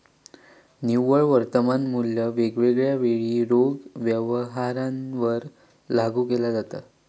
निव्वळ वर्तमान मुल्य वेगवेगळ्या वेळी रोख व्यवहारांवर लागू केला जाता